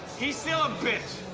he's still a bitch.